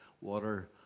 water